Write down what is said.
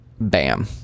BAM